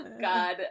god